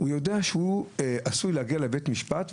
הוא יודע שהוא עשוי להגיע לבית משפט,